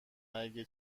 اگه